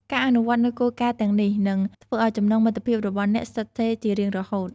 ការអនុវត្តន៍នូវគោលការណ៍ទាំងនេះ នឹងធ្វើឱ្យចំណងមិត្តភាពរបស់អ្នកស្ថិតស្ថេរជារៀងរហូត។